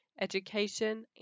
education